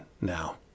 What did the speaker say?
now